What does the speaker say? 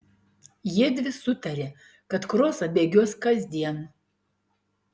jiedvi sutarė kad krosą bėgios kasdien